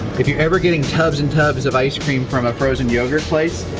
if you're ever getting tubs and tubs of ice-cream from a frozen yogurt place,